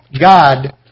God